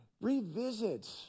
Revisit